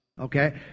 Okay